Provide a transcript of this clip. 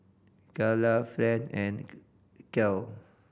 Calla Friend and Kale